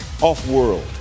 Off-world